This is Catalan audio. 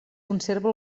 conserva